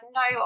no